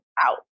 out